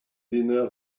dinner